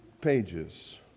pages